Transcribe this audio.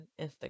Instagram